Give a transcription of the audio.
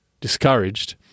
discouraged